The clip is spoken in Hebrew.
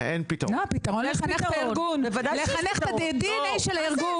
לא, הפתרון הוא לחנך את הארגון ואת הדנ"א שלו.